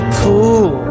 cool